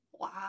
Wow